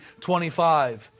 25